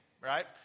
right